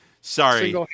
Sorry